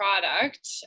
product